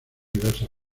diversas